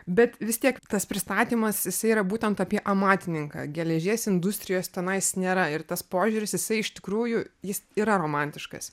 bet vis tiek tas pristatymas jisai yra būtent apie amatininką geležies industrijos tenais nėra ir tas požiūris jisai iš tikrųjų jis yra romantiškas